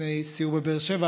לפני סיור בבאר שבע,